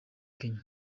kenya